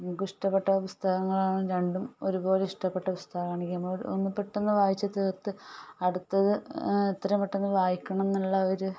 നമുക്ക് ഇഷ്ടപെട്ട പുസ്തകങ്ങളാണ് രണ്ടും ഒരു പോലെ ഇഷ്ടപ്പെട്ട പുസ്തകങ്ങളാണെങ്കിൽ ഒന്ന് പെട്ടെന്ന് വായിച്ചു തീർത്തു അടുത്തത് എത്രയും പെട്ടെന്ന് വായിക്കണം എന്നുള്ള ഒരു